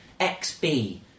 XB